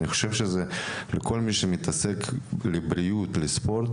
אני חושב שלכל מי שמתעסק בבריאות ובספורט